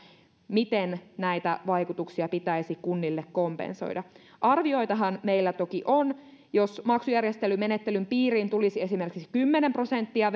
miten näitä vaikutuksia pitäisi kunnille kompensoida arvioitahan meillä toki on jos maksujärjestelymenettelyn piiriin tulisi esimerkiksi kymmenen prosenttia